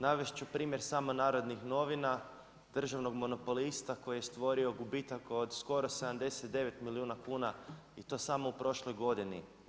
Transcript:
Navesti ću primjer samo Narodnih novina, državnog monopolista koji je stvorio gubitak od skoro 79 milijuna kuna i to samo u prošloj godini.